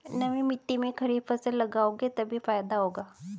नमी मिट्टी में खरीफ फसल लगाओगे तभी फायदा होगा